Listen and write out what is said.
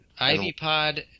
Ivypod